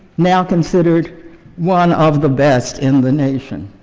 now considered one of the best in the nation.